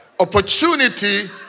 opportunity